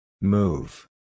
Move